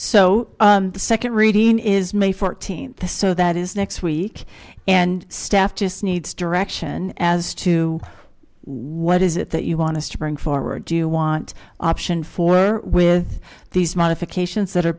the second reading is may fourteenth the so that is next week and staff just needs direction as to what is it that you want to spring forward do you want option four with these modifications that are